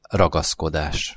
ragaszkodás